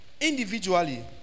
Individually